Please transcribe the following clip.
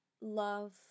love